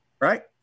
right